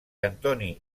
antoni